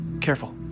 Careful